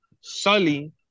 Sully